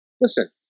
listen